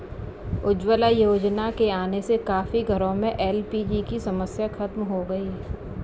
उज्ज्वला योजना के आने से काफी घरों में एल.पी.जी की समस्या खत्म हो गई